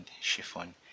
chiffon